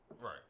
Right